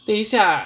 等一下